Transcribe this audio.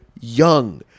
young